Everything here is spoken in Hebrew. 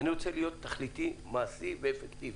אני רוצה להיות תכליתי, מעשי ואפקטיבי.